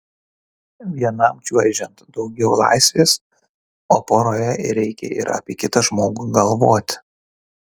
vienam čiuožiant daugiau laisvės o poroje reikia ir apie kitą žmogų galvoti